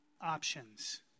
options